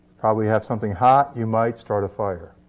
probably have something hot. you might start a fire.